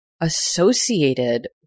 associated